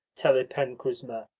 telepen kuzma.